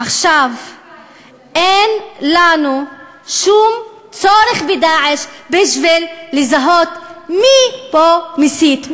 אין לנו שום צורך ב"דאעש" בשביל לזהות מי פה מסית,